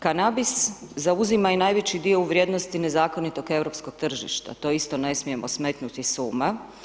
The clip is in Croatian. Kanabis zauzima i najveći dio u vrijednosti nezakonitog europskog tržišta, to isto ne smijemo smetnuti s uma.